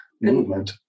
movement